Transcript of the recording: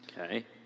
Okay